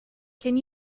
can